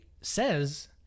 says